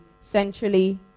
centrally